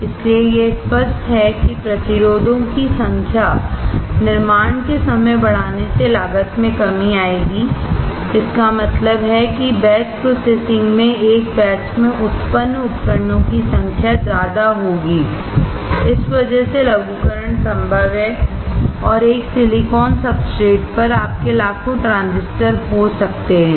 इसलिए यह स्पष्ट है कि प्रतिरोधों की संख्या निर्माण के समय बढ़ाने से लागत में कमी आएगी इसका मतलब है कि बैच प्रोसेसिंग में एक बैच में उत्पन्न उपकरणों की संख्या ज्यादा होगी इस वजह से लघुकरण संभव है और एक सिलिकॉन सब्सट्रेट पर आपके लाखों ट्रांजिस्टर हो सकते हैं